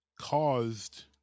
caused